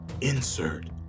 Insert